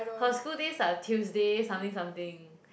her school days are Tuesdays something something